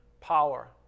power